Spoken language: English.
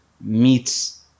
meets